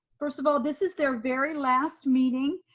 first of all, this is their very last meeting.